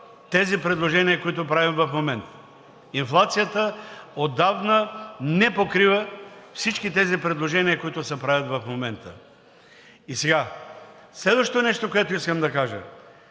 тези предложения, които правим в момента. Инфлацията отдавна не покрива всички тези предложения, които се правят в момента. Следващото нещо, което искам да кажа,